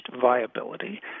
viability